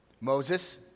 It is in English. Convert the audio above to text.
Moses